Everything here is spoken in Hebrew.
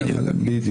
בדיוק.